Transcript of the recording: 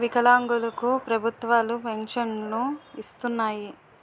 వికలాంగులు కు ప్రభుత్వాలు పెన్షన్ను ఇస్తున్నాయి